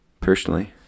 Personally